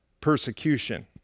persecution